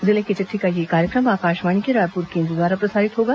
जिले की चिट्ठी का यह कार्यक्रम आकाशवाणी के रायपुर केंद्र द्वारा प्रसारित होगा